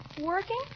Working